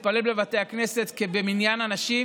אף שיש היתר להתפלל בבתי הכנסת במניין אנשים,